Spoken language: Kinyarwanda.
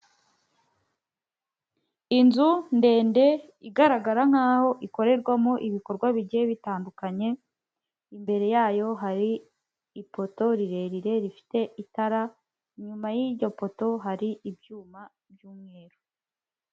Inzu ndende igaragara nk'aho ikorerwamo ibikorwa bigiye bitandukanye, imbere yayo hari ipoto rirerire rifite itara, inyuma y'iryo poto hari ibyuma by'umweru.